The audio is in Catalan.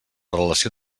relació